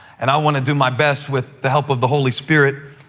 and i want to do my best, with the help of the holy spirit,